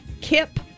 Kip